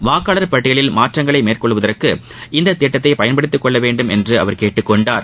வாக்காளர் பட்டியலில் மாற்றங்களை மேற்கொள்வதற்கு இந்த திட்டத்தை பயன்படுத்திக் கொள்ள வேண்டும் என்று அவர் கேட்டுக் கொண்டார்